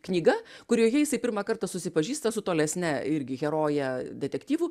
knyga kurioje jisai pirmą kartą susipažįsta su tolesne irgi heroje detektyvų